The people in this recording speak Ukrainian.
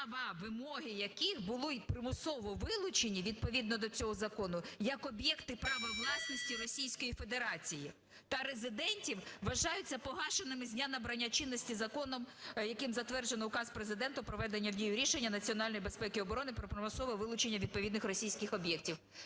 вимоги яких були примусово вилучені, відповідно до цього закону, як об'єкти права власності Російської Федерації та резидентів вважаються погашеними з дня набрання чинності закону, яким затверджено Указ Президента про введення в дію рішення Ради національної безпеки і оборони про примусове вилучення відповідних російських об'єктів.